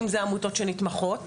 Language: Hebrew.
אם זה עמותות שנתמכות,